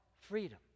freedom